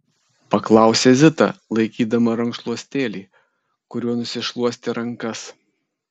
paklausė zita laikydama rankšluostėlį kuriuo nusišluostė rankas